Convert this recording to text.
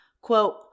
Quote